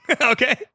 Okay